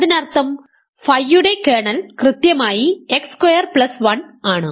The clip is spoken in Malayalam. അതിനർത്ഥം ഫൈയുടെ കേർണൽ കൃത്യമായി x സ്ക്വയർ പ്ലസ് 1 ആണ്